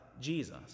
Jesus